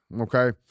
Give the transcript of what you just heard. Okay